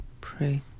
pray